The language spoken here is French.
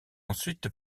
ensuite